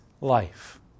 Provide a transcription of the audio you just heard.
life